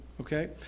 Okay